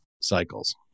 cycles